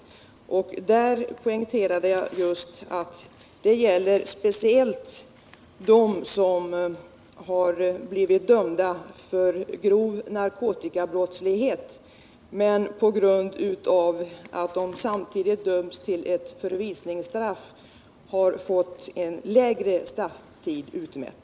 Där poängterade jag att det gäller speciellt dem som har blivit dömda för grov narkotikabrottslighet men som på grund av att de samtidigt dömts till ett förvisningsstraff fått en lägre strafftid utmätt.